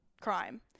crime